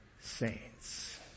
saints